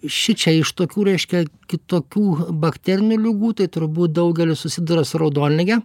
šičia iš tokių reiškia kitokių bakterinių ligų tai turbūt daugelis susiduria su raudonlige